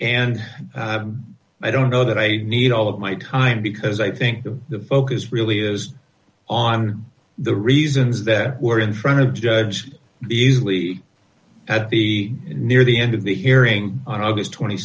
and i don't know that i need all of my time because i think that the focus really is on the reasons that were in front of judge easily at the near the end of the hearing on august